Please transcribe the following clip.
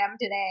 today